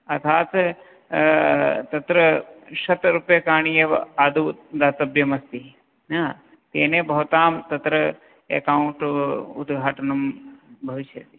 अर्थात् तत्र शत रूप्यकाणि एव आदौ दातव्यमस्ति तेनैव भवतां तत्र अकौण्ट् उद्घाटनं भविष्यति